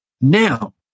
Now